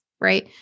Right